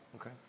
Okay